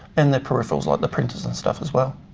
and their peripherals like the printers and stuff as well.